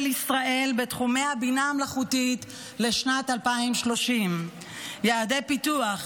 ישראל בתחומי הבינה המלאכותית לשנת 2030. יעדי פיתוח,